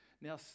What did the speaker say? Now